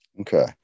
Okay